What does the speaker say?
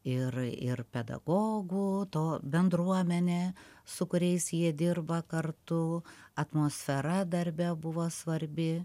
ir ir pedagogų to bendruomenė su kuriais jie dirba kartu atmosfera darbe buvo svarbi